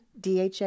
DHA